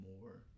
more